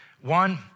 One